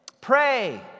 Pray